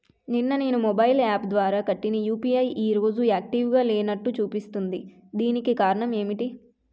నిన్న నేను mobile app ద్వారా కట్టిన యు.పి.ఐ ఈ రోజు యాక్టివ్ గా లేనట్టు చూపిస్తుంది దీనికి కారణం ఏమిటి?